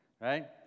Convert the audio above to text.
Right